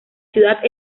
ciudad